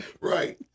Right